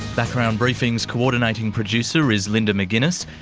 background briefing's coordinating producer is linda mcginness,